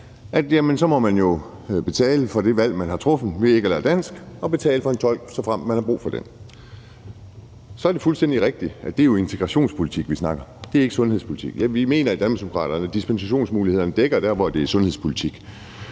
så må betale for det valg, man har truffet ved ikke at lære dansk, og selv betale for en tolk, såfremt man har brug for det. Så er det fuldstændig rigtigt, at det er integrationspolitik, vi snakker om, det er ikke sundhedspolitik. Vi mener i Danmarksdemokraterne, at dispensationsmulighederne dækker dér, hvor det er sundhedspolitik,